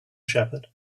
shepherd